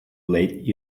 late